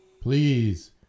Please